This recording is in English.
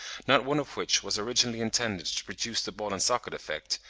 not one of which was originally intended to produce the ball-and-socket effect,